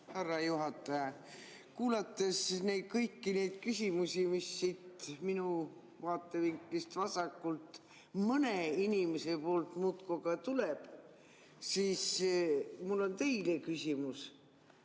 härra juhataja! Kuulates kõiki neid küsimusi, mida minu vaatevinklist vasakult mõne inimese poolt muudkui aga tuleb, on mul teile küsimus.